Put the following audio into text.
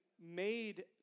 made